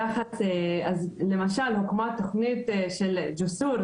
אז למשל הוקמה תכנית של "ג'וסור",